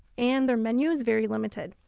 and their menu is very limited.